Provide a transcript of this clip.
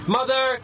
Mother